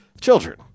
children